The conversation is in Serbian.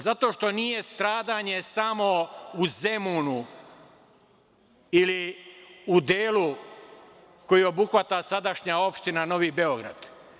Zato što nije stradanje samo u Zemunu ili u delu koji obuhvata sadašnja opština Novi Beograd.